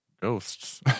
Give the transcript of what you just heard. ghosts